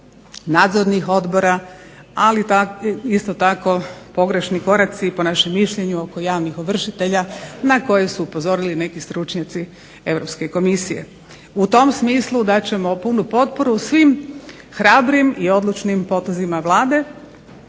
nadzornih odbora, ali isto tako pogrešni koraci po našem mišljenju oko javnih ovršitelja na koji su upozorili neki stručnjaci Europske komisije. U tom smislu dat ćemo punu potporu svim hrabrim i odlučnim potezima Vlade